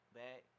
back